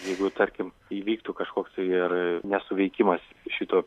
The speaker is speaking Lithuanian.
jeigu tarkim įvyktų kažkoks tai ir nesuveikimas šito